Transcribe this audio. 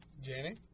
Janie